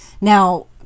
Now